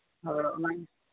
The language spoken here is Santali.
ᱦᱳᱭ ᱚᱱᱟᱜᱮ